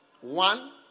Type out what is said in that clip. one